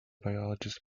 biologist